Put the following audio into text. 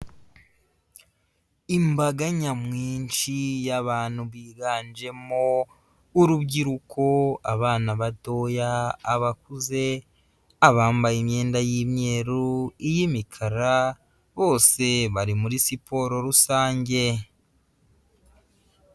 Imbaga nyamwinshi y'abantu biganjemo urubyiruko, abana batoya, abakuze, abambaye imyenda y'imyeru, iyo imikara, bose bari muri siporo rusange.